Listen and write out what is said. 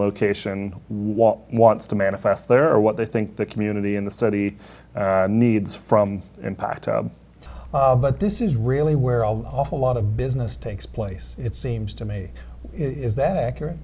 location wants to manifest there or what they think the community in the study needs from impact but this is really where all of a lot of business takes place it seems to me is that accurate